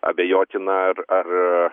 abejotina ar ar